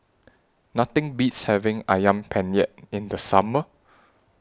Nothing Beats having Ayam Penyet in The Summer